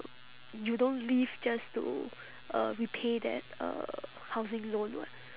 you don't live just to uh repay that uh housing loan what